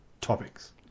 topics